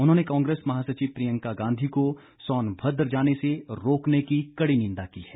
उन्होंने कांग्रेस महासचिव प्रियंका गांधी को सोनभद्र जाने से रोकने की कड़ी निंदा की है